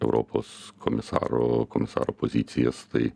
europos komisaro komisaro pozicijas tai